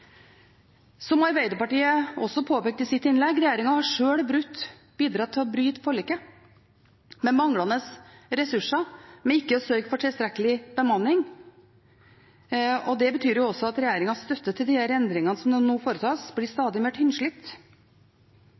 fra Arbeiderpartiet: Regjeringen har sjøl bidratt til å bryte forliket – med manglende ressurser, med ikke å sørge for tilstrekkelig bemanning. Det betyr også at regjeringens støtte til disse endringene som nå foretas, blir stadig mer tynnslitt.